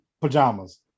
pajamas